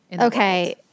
Okay